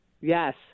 Yes